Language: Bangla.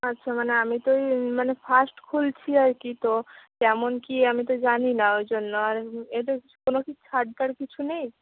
আচ্ছা মানে আমি তো এই মানে ফার্স্ট খুলছি আর কি তো কেমন কী আমি তো জানি না ওই জন্য আর এদের কোনও কী ছাড় টার কিছু নেই